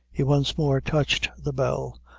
he once more touched the bell,